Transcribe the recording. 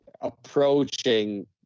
approaching